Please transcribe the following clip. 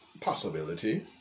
Possibility